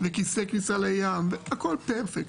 כיסא כניסה לים והכול פרפקט,